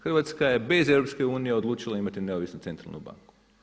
Hrvatska je bez EU odlučila imati neovisnu centralnu banku.